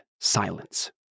silence